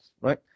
right